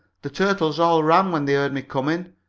the turtles all ran when they heard me coming.